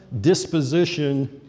disposition